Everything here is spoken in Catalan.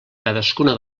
cadascuna